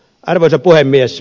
arvoisa puhemies